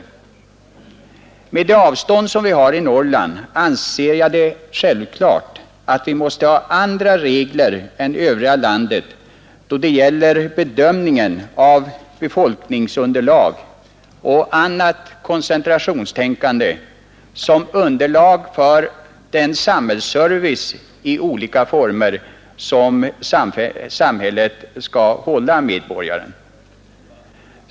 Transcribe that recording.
Med de avstånd som vi har i Norrland anser jag det självklart att vi måste ha andra regler än det övriga landet då det gäller bedömningen av befolkningsunderlag och annat koncentrationstänkande i frågan om den samhällsservice i olika former som samhället skall hålla medborgaren med.